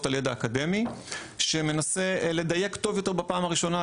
על ידע אקדמי שמנסה לדייק טוב יותר בפעם הראשונה,